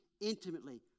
intimately